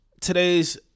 Today's